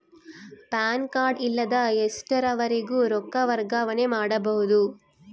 PAN card ಇಲ್ಲದ ಎಷ್ಟರವರೆಗೂ ರೊಕ್ಕ ವರ್ಗಾವಣೆ ಮಾಡಬಹುದು?